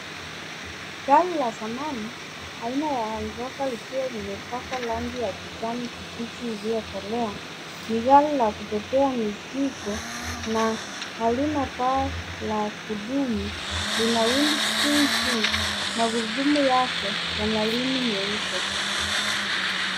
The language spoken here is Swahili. Gari la zamani aina ya landrova likiwa limepakwa rangi ya kijani kibichi iliyokolea ni gari ya kubebea mzigo na halina paa la kudumu. Lina windscreen too . Magurudumu yake yana rimu nyeupe.